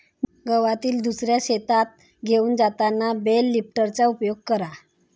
गवताला दुसऱ्या शेतात घेऊन जाताना बेल लिफ्टरचा उपयोग करा